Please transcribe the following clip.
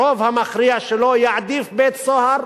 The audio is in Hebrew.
הרוב המכריע שלהם, יעדיפו בית-סוהר,